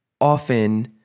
often